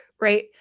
right